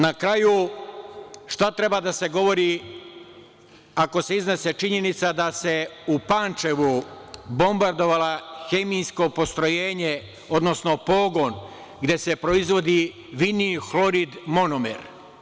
Na kraju, šta treba da se govori, ako se iznese činjenica da se u Pančevu bombardovalo hemijsko postrojenje, odnosno pogon gde se proizvodi vinil hlorid monomer?